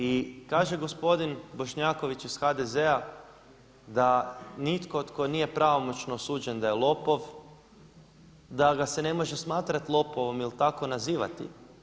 I kaže gospodin Bošnjaković iz HDZ-a da nitko tko nije pravomoćno osuđen da je lopov, da ga se ne može smatrati lopovom ili tako nazivati.